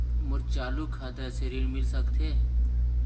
मोर चालू खाता से ऋण मिल सकथे?